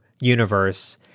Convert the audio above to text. universe